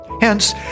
Hence